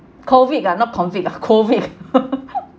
COVID ah not convict ah COVID